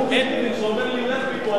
שאומר לי "לך מפה",